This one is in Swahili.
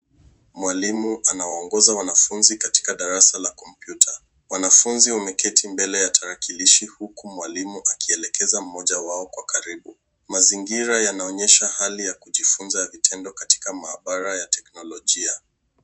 Mwalimu anawaongoza wanafunzi katika darasa la kompyuta. Wanafunzi wameketi mbele ya tarakilishi huku mwalimu akielekeza mmoja wao kwa karibu. Mazingira yanaonyesha hali ya kujifunza ya vitendo katika maabara ya teknolojia.